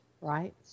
right